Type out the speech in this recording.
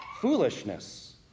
Foolishness